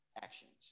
actions